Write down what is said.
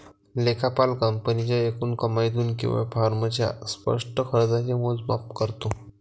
लेखापाल कंपनीच्या एकूण कमाईतून केवळ फर्मच्या स्पष्ट खर्चाचे मोजमाप करतो